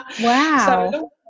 Wow